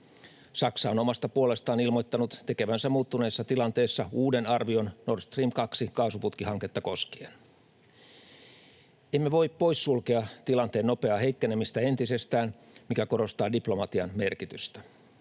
Saksa on omasta puolestaan ilmoittanut tekevänsä muuttuneessa tilanteessa uuden arvion Nord Stream 2 ‑kaasuputkihanketta koskien. Emme voi poissulkea tilanteen nopeaa heikkenemistä entisestään, mikä korostaa diplomatian merkitystä.